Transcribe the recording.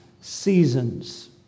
seasons